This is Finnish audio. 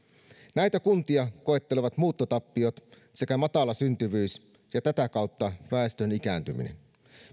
näitä kuntia koettelevat muuttotappiot sekä matala syntyvyys ja tätä kautta väestön ikääntyminen